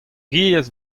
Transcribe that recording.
giez